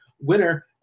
winner